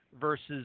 versus